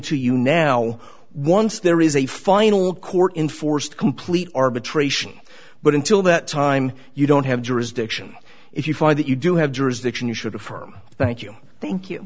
to you now once there is a final court enforced complete arbitration but until that time you don't have jurisdiction if you find that you do have jurisdiction you should affirm thank you thank you